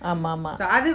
ஆமா ஆமா:ama ama